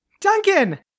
Duncan